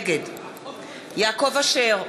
נגד יעקב אשר,